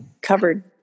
Covered